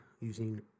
using